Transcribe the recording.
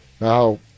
Now